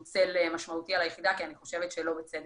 צל משמעותי על היחידה כי אני חושבת שזה לא בצדק.